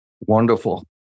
Wonderful